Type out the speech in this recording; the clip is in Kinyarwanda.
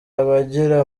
abagira